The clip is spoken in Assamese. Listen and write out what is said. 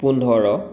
পোন্ধৰ